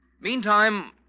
Meantime